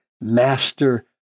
master